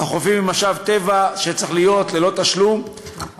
החופים הם משאב טבע שצריך להיות ללא תשלום, נכון.